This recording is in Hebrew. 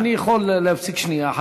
אני יכול להפסיק לשנייה אחת,